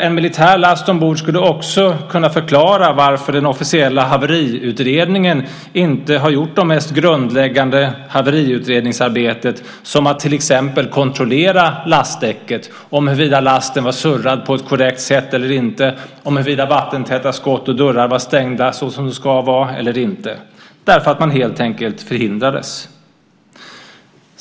En militär last ombord skulle också kunna förklara varför den officiella haveriutredningen inte har gjort det mest grundläggande haveriutredningsarbetet som att till exempel kontrollera lastdäcket - huruvida lasten var surrad på ett korrekt sätt eller inte och huruvida vattentäta skott och dörrar var stängda så som de ska vara eller inte - därför att man helt enkelt förhindrades.